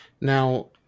Now